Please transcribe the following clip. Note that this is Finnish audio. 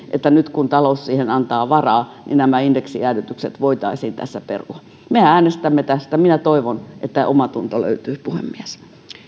että nyt kun talous siihen antaa varaa niin nämä indeksijäädytykset voitaisiin tässä perua me äänestämme tästä minä toivon että omatunto löytyy puhemies